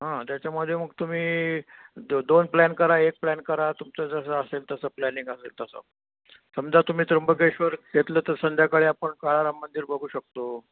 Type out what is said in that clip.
हां त्याच्यामध्ये मग तुम्ही दो दोन प्लॅन करा एक प्लॅन करा तुमचं जसं असेल तसं प्लॅनिंग असेल तसं समजा तुम्ही त्र्यंबकेश्वर घेतलं तर संध्याकाळी आपण काळाराम मंदिर बघू शकतो